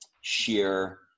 sheer